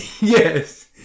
Yes